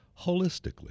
holistically